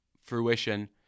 fruition